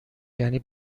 یعنی